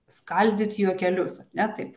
skaldyti juokelius ar ne taip